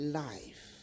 life